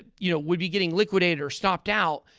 ah you know, would be getting liquidated or stopped out,